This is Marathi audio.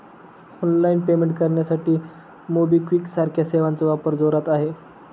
ऑनलाइन पेमेंट करण्यासाठी मोबिक्विक सारख्या सेवांचा वापर जोरात आहे